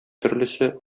төрлесе